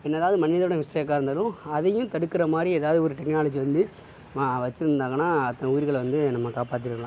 என்னதான் அது மனிதனோடய மிஸ்டேக்காக இருந்தாலும் அதையும் தடுக்கிற மாதிரி ஏதாவது ஒரு டெக்னாலஜி வந்து வச்சிருந்தாங்கனா அத்தனை உயிர்களை வந்து நம்ம காப்பாற்றி இருக்கலாம்